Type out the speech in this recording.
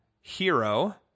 Hero